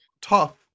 tough